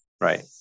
Right